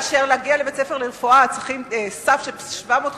כאשר להגיע לבית-ספר לרפואה צריכים סף של 750